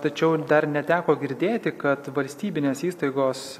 tačiau dar neteko girdėti kad valstybinės įstaigos